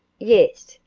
yes,